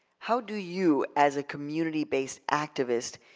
how do you, as a community based activist,